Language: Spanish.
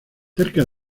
cerca